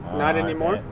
not anymore?